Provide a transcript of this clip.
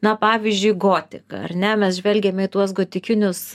na pavyzdžiui gotika ar ne mes žvelgiame į tuos gotikinius